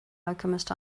alchemist